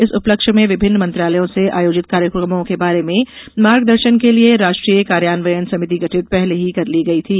इस उपलक्ष्य में विभिन्न मंत्रालयों से आयोजित कार्यक्रमों के बारे में मार्गदर्शन के लिए राष्ट्रीय कार्यान्वयन समिति गठित पहले ही गठित कर ली गई थी